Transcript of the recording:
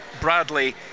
Bradley